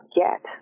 get